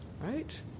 right